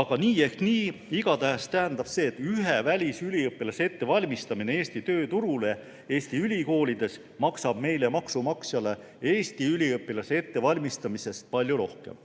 Aga nii või naa, igatahes tähendab see, et ühe välisüliõpilase ettevalmistamine Eesti tööturule Eesti ülikoolides maksab meie maksumaksjale Eesti üliõpilase ettevalmistamisest palju rohkem.